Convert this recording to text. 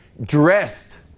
dressed